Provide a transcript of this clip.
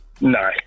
No